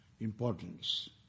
importance